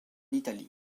italie